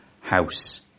house